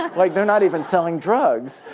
um like they're not even selling drugs.